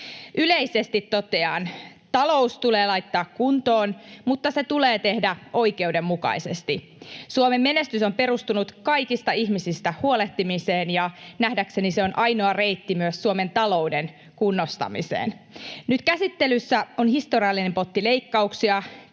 Yleisesti totean: talous tulee laittaa kuntoon, mutta se tulee tehdä oikeudenmukaisesti. Suomen menestys on perustunut kaikista ihmisistä huolehtimiseen, ja nähdäkseni se on ainoa reitti myös Suomen talouden kunnostamiseen. Nyt käsittelyssä tänään on historiallinen potti leikkauksia,